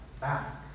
back